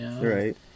Right